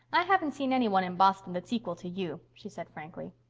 i haven't seen any one in boston that's equal to you, she said frankly.